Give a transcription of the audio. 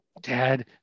Dad